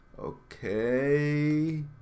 okay